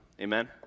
Amen